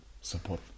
support